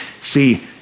see